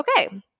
okay